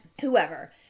whoever